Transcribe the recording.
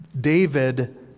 David